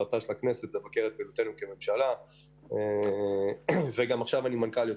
מטרת הכנסת היא לבקר את פעולת הממשלה וזה מצוין.